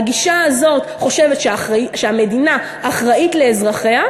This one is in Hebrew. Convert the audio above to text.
הגישה הזאת חושבת שהמדינה אחראית לאזרחיה,